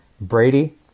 Brady